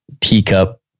teacup